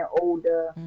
older